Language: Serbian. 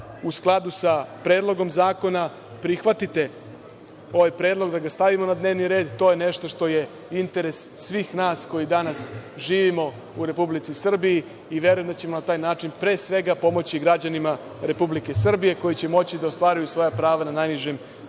u skladu sa Predlogom zakona prihvatite ovaj predlog, da ga stavimo na dnevni red. To je nešto što je interes svih nas koji danas živimo u Republici Srbiji i verujem da ćemo na taj način pre svega pomoći građanima RS koji će moći da ostvaruju svoja prava na najnižem nivou